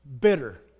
bitter